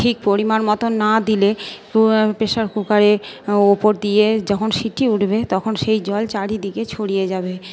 ঠিক পরিমাণমতো না দিলে প্রেশার কুকারের ওপর দিয়ে যখন সিটি উঠবে তখন সেই জল চারিদিকে ছড়িয়ে যাবে